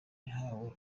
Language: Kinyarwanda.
yihaye